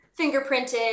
fingerprinted